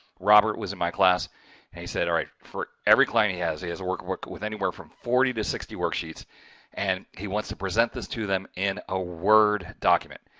robert was in my class and he said, for every client he has, he has a workbook with anywhere from forty to sixty worksheets and he wants to present this to them in a word document.